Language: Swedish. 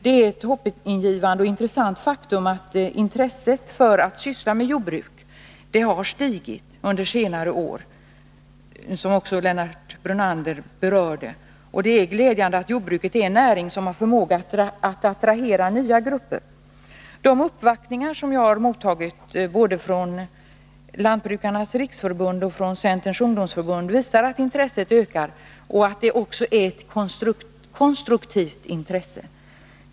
Det är ett hoppingivande och intressant faktum att intresset för att syssla med jordbruk har stigit under senare år, vilket också Lennart Brunander berörde, och det är glädjande att jordbruket är en näring som har förmåga att attrahera nya grupper. De uppvaktningar jag har mottagit både från Lantbrukarnas riksförbund och från Centerns ungdomsförbund visar att intresset ökar och att det också är ett konstruktivt intresse.